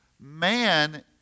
man